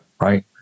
Right